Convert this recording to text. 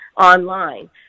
online